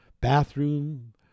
bathroom